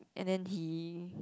and then he